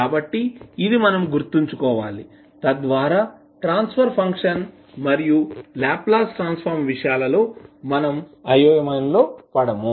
కాబట్టి ఇది మనం గుర్తుంచుకోవాలి తద్వారా ట్రాన్స్ఫర్ ఫంక్షన్ మరియు లాప్లాస్ ట్రాన్స్ ఫార్మ్ విషయాలలో మనం అయోమయంలో పడము